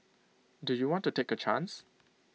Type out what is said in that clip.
do you want to take A chance